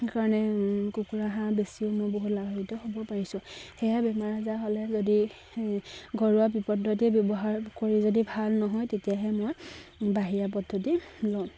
সেইকাৰণে কুকুৰা হাঁহ বেচি লাভাৱিত হ'ব পাৰিছোঁ সেয়েহে বেমাৰ আজাৰ হ'লে যদি ঘৰুৱা বিপদতে ব্যৱহাৰ কৰি যদি ভাল নহয় তেতিয়াহে মই বাহিৰা পদ্ধতি লওঁ